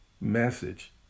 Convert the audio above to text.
message